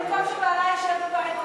במקום שבעלה ישב בבית.